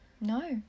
No